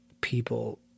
people